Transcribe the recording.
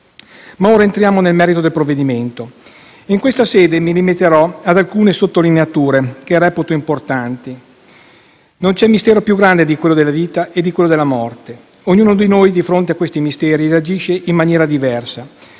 attimo. Entriamo nel cuore del provvedimento. In questa sede mi limiterò ad alcune sottolineature che reputo importanti. Non ci sono misteri più grandi di quelli della vita e della morte. Ognuno di noi, di fronte a questi misteri, reagisce in maniera diversa,